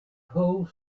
whole